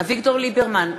אביגדור ליברמן,